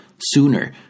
sooner